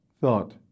thought